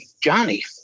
Johnny